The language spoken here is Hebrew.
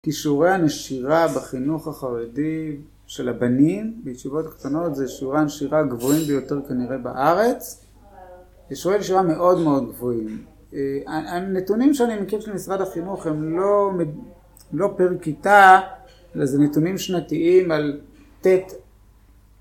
כי שיעורי הנשירה בחינוך החרדי של הבנים בישיבות קטנות זה שיעורי הנשירה הגבוהים ביותר כנראה בארץ שיעורי הנשירה מאוד מאוד גבוהים. הנתונים שאני מכיר של משרד החינוך הם לא לא פר כיתה אלא זה נתונים שנתיים על ט'